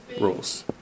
rules